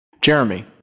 Jeremy